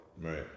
Right